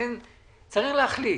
לכן צריך להחליט.